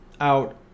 out